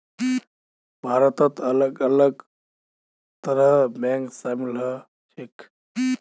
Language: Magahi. भारतत अलग अलग तरहर बैंक शामिल ह छेक